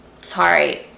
sorry